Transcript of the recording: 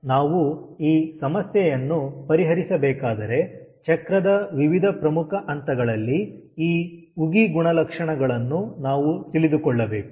ಈಗ ನಾವು ಈ ಸಮಸ್ಯೆಯನ್ನು ಪರಿಹರಿಸಬೇಕಾದರೆ ಚಕ್ರದ ವಿವಿಧ ಪ್ರಮುಖ ಹಂತಗಳಲ್ಲಿ ಈ ಉಗಿ ಗುಣಲಕ್ಷಣಗಳನ್ನು ನಾವು ತಿಳಿದುಕೊಳ್ಳಬೇಕು